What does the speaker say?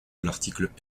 l’article